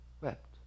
Wept